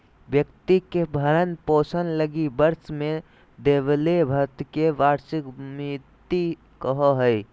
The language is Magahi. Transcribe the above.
व्यक्ति के भरण पोषण लगी वर्ष में देबले भत्ता के वार्षिक भृति कहो हइ